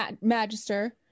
magister